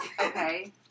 Okay